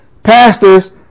Pastors